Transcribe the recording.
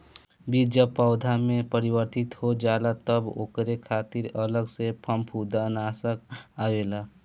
बीज जब पौधा में परिवर्तित हो जाला तब ओकरे खातिर अलग से फंफूदनाशक आवेला